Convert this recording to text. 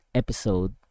episode